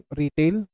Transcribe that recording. retail